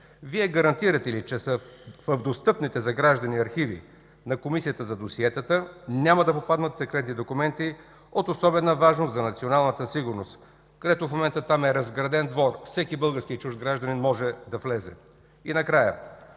Вие гарантирате ли, че в достъпните за граждани архиви на Комисията по досиетата няма да попаднат секретни документи от особена важност за националната сигурност? В момента там е разграден двор – всеки български и чужд гражданин може да влезе. И накрая,